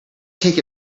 take